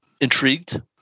intrigued